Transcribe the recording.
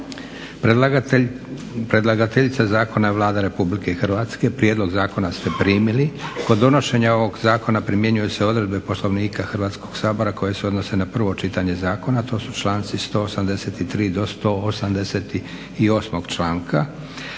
Predlagateljica zakona je Vlada Republike Hrvatske. Prijedlog zakona ste primili. Kod donošenja ovog zakona primjenjuju se odredbe Poslovnika Hrvatskog sabora koje se odnose na prvo čitanje zakona, to su članci 183.-188. Raspravu